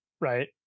Right